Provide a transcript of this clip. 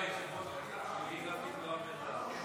חברי הכנסת, אני מבקש לשמור על שקט במליאה.